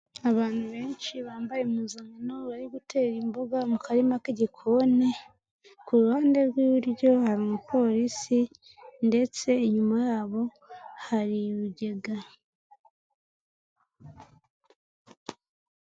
Abantu benshi bambaye impuzano bari gutera imboga mu karima k'igikoni, ku ruhande rw'iburyo hari umupolisi ndetse inyuma yabo hari ibigega.